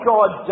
God